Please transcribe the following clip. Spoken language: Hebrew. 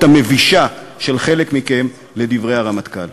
המבישה של חלק מכם על דברי הרמטכ"ל.